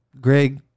greg